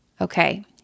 Okay